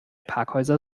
parkhäuser